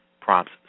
Prompts